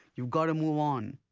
you've got to move on.